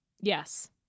Yes